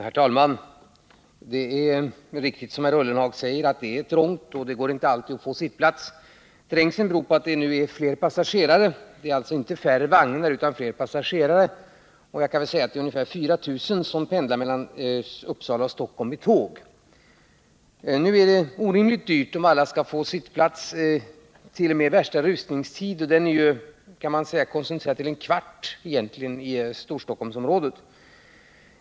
Herr talman! Det är riktigt som herr Ullenhag säger, att det är trångt och att det inte alltid går att få sittplats. Trängseln beror på att det nu är fler passagerare — det är alltså inte färre vagnar. Ungefär 4 000 personer pendlar mellan Uppsala och Stockholm med tåg. Det skulle bli orimligt dyrt om alla skulle ha sittplatser t.o.m. under värsta rusningstid, som man kan säga är koncentrerad till en kvart i Storstockholmsområdet.